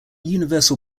universal